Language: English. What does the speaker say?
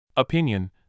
Opinion